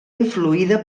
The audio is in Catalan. influïda